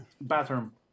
bathroom